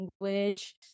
language